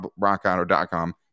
rockauto.com